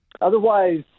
Otherwise